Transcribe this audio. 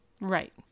Right